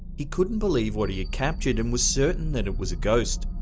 he couldn't believe what he had captured, and was certain that it was a ghost.